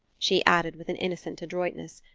she added with an innocent adroitness,